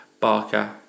Barker